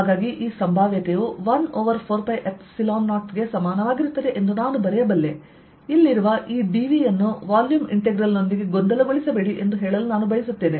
ಆದ್ದರಿಂದ ಈ ಸಂಭಾವ್ಯತೆಯು 1 ಓವರ್ 4π0ಕ್ಕೆ ಸಮಾನವಾಗಿರುತ್ತದೆ ಎಂದು ನಾನು ಬರೆಯಬಲ್ಲೆ ಇಲ್ಲಿರುವ ಈ dV ಯನ್ನು ವಾಲ್ಯೂಮ್ ಇಂಟೆಗ್ರಲ್ ನೊಂದಿಗೆ ಗೊಂದಲಗೊಳಿಸಬೇಡಿ ಎಂದು ಹೇಳಲು ನಾನು ಬಯಸುತ್ತೇನೆ